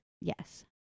Yes